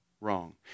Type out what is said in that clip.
Wrong